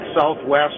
Southwest